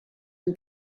and